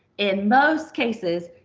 in most cases,